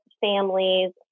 families